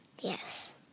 Yes